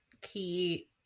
key